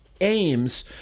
aims